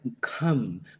come